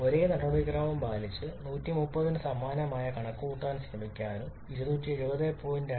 ഒരേ നടപടിക്രമം പാലിച്ച് 130 ന് സമാനമായ കണക്കുകൂട്ടാൻ ശ്രമിക്കാനും 270